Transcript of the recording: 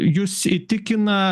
jus įtikina